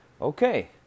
Okay